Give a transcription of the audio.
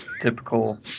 typical